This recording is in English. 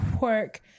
work